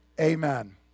Amen